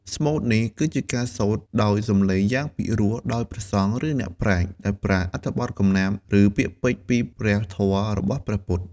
ស្មូតនេះគឺជាការសូត្រដោយសំឡេងយ៉ាងពីរោះដោយព្រះសង្ឃ ឬអ្នកប្រាជ្ញ ដែលប្រើអត្ថបទកំណាព្យ ឬពាក្យពេចន៍ពីព្រះធម៌របស់ព្រះពុទ្ធ។